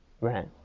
right